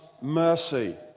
mercy